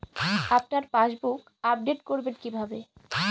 আপনার passbook update করবেন কিভাবে?